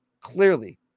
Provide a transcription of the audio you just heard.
clearly